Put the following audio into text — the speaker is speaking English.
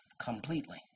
completely